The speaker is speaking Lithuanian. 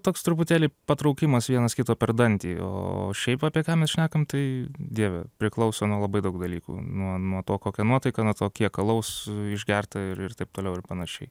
toks truputėlį patraukimas vienas kito per dantį o šiaip apie ką mes šnekam tai dieve priklauso nuo labai daug dalykų nuo nuo to kokia nuotaika nuo to kiek alaus išgerta ir ir taip toliau ir panašiai